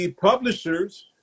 publishers